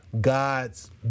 God's